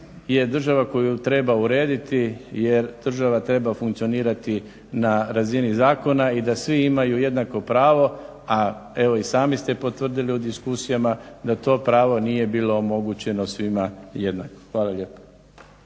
je država koju treba urediti jer država treba funkcionirati na razini zakona i da svi imaju jednako pravo, a evo i sami ste potvrdili u diskusijama da to pravo nije bilo omogućeno svima jednako. Hvala lijepo.